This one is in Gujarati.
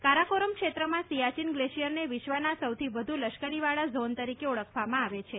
કારાકોરમ ક્ષેત્રમાં સિયાચીન ગ્લેશિયરને વિશ્વના સૌથી વધ્ લશ્કરીવાળા ઝોન તરીકે ઓળખવામાં આવે છે